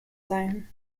sein